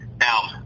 Now